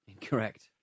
Incorrect